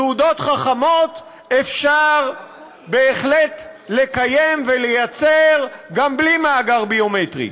תעודות חכמות אפשר בהחלט לקיים ולייצר גם בלי מאגר ביומטרי.